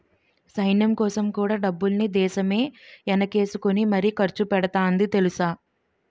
సైన్యంకోసం కూడా డబ్బుల్ని దేశమే ఎనకేసుకుని మరీ ఖర్చుపెడతాంది తెలుసా?